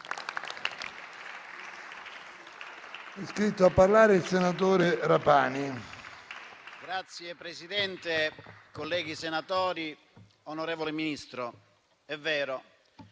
Signor Presidente, colleghi senatori, onorevole Ministro, è vero,